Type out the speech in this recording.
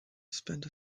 spent